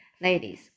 ladies